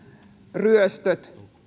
ryöstöt